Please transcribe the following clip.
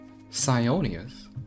Sionius